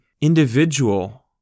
individual